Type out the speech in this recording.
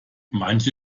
manche